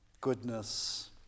Goodness